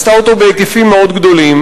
עשתה אותו בהיקפים מאוד גדולים.